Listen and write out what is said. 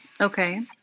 Okay